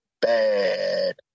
bad